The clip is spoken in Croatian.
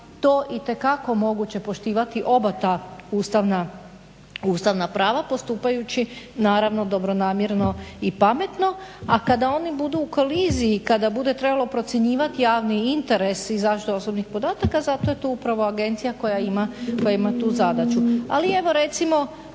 to itekako moguće poštivati oba ta ustavna prava postupajući naravno dobronamjerno i pametno. A kada oni budu u koliziji, kada bude trebalo procjenjivati javni interes i zaštitu osobnih podataka zato je tu upravo agencija koja ima tu zadaću. Ali evo recimo